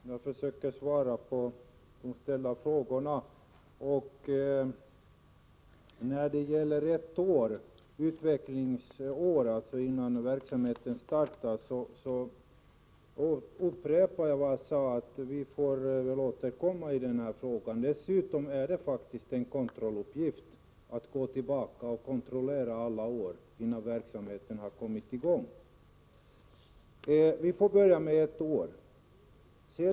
Herr talman! Jag skall försöka svara på de ställda frågorna. När det gäller ett utvecklingsår, innan verksamheten startar, så upprepar jag vad jag sade, nämligen att vi får återkomma i den här frågan. Dessutom gäller det faktiskt en kontrolluppgift — att gå tillbaka och kontrollera alla år innan verksamheten har kommit i gång. Vi får börja med ett år.